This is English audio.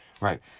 right